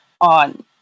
on